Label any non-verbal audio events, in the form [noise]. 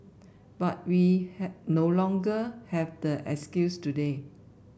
but we [unintelligible] no longer have that excuse today